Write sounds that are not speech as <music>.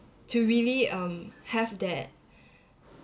to really um have that <breath>